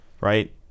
Right